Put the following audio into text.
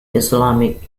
islamic